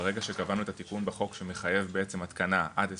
וברגע שקבענו את התיקון בחוק שמחייב בעצם התקנה עד 2026,